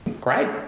great